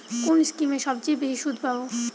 কোন স্কিমে সবচেয়ে বেশি সুদ পাব?